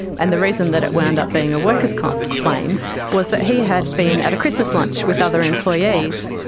and the reason that it wound up being a workers comp claim was that he had been at a christmas lunch with other employees.